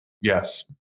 Yes